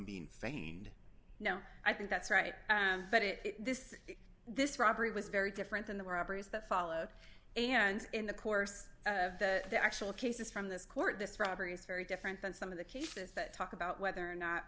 being feigned now i think that's right but this this robbery was very different than the robberies that followed three and in the course of the the actual cases from this court this robbery is very different than some of the cases that talk about whether or not